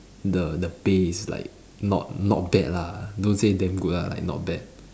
the the pay is like not not bad lah don't say damn good lah like not bad